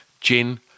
Gin